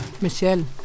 Michelle